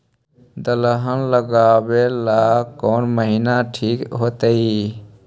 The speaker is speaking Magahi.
दलहन लगाबेला कौन महिना ठिक होतइ?